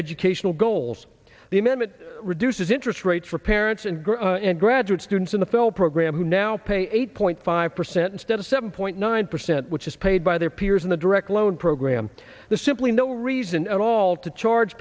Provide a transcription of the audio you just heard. educational goals the minute reduces interest rates for parents and grow and graduate students in the fell program who now pay eight point five percent instead of seven point nine percent which is paid by their peers in the direct loan program the simply no reason at all to charge